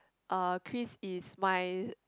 uh Chris is my